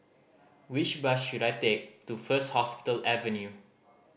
which bus should I take to First Hospital Avenue